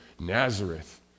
Nazareth